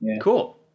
Cool